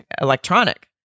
electronic